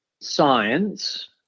science